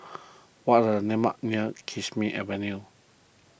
what are the landmarks near Kismis Avenue